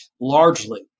largely